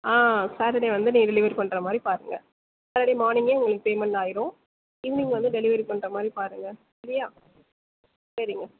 ஆ Saturday வந்து delivery பண்ணுற மாதிரி பாருங்கள் சாட்டர்டே மார்னிங்கே உங்களுக்கு பேமெண்ட் ஆகிரும் ஈவ்னிங் வந்து டெலிவெரி பண்ணுற மாதிரி பாருங்கள் சரியா சரிங்க